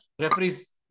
referees